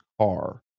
car